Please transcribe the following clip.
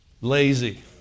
Lazy